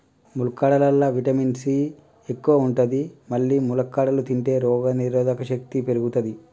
ములక్కాడలల్లా vitamin C ఎక్కువ ఉంటది మల్లి ములక్కాడలు తింటే రోగనిరోధక శక్తి పెరుగుతది